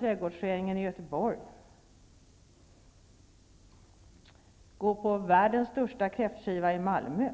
Trädgårdsföreningen i Göteborg. Gå på världens största kräftskiva i Malmö.